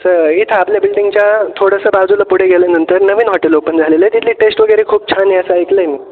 तर इथं आपल्या बिल्डिंगच्या थोडसं बाजूला पुढं गेल्यानंतर नवीन हॉटल ओपन झालेलं आहे तिथली टेस्ट वगैरे खूप छान आहे असं ऐकलं आहे